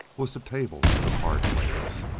was the table of the cardplayers.